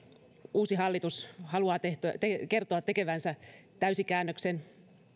uusi hallitus haluaa kertoa tekevänsä täyskäännöksen